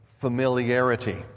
familiarity